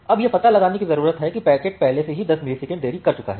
अब यह पता लगाने की जरूरत है कि पैकेट पहले ही 10 मिली सेकंड देरी कर चुका है